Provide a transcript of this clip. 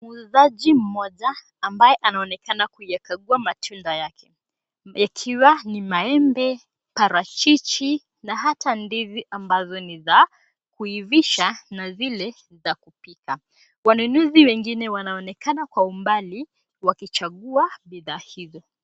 Muuzaji moja ambaye anaonekana kuyakagua matunda yake yakiwa ni maembe, parachichi na hata ndizi ambazo ni za kuivisha na ile za kupika. Wanunuzi wengine wanaonekana kwa umbali wakichagua bidhaa hizo.